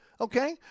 okay